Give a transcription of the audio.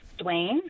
Dwayne